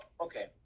okay